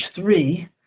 three